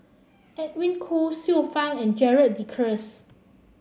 Edwin Koo Xiu Fang and Gerald De Cruz